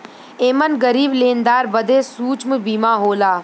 एमन गरीब लेनदार बदे सूक्ष्म बीमा होला